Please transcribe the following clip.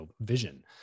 vision